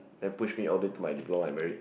then push me all the way to my diploma and merit